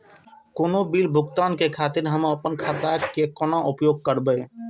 कोनो बील भुगतान के खातिर हम आपन खाता के कोना उपयोग करबै?